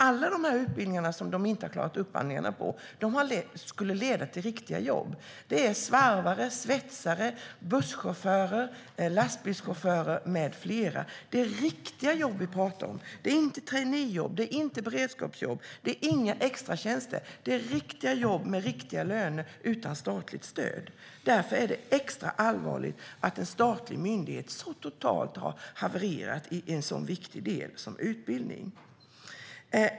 Alla de här utbildningarna som de inte har klarat upphandlingarna av skulle leda till riktiga jobb - svarvare, svetsare, busschaufförer, lastbilschaufförer med flera. Det är riktiga jobb vi pratar om. Det är inte traineejobb, det är inte beredskapsjobb och det är inga extratjänster, utan det är riktiga jobb med riktiga löner utan statligt stöd. Därför är det extra allvarligt att en statlig myndighet så totalt har havererat i en sådan viktig del som utbildning.